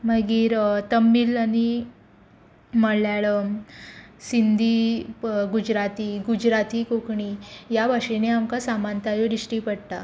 मागीर तमीळ आनी मलयाळम सिंधी गुजराती गुजराती कोंकणी ह्या भाशेनीं आमकां समानतायो दिश्टी पडटा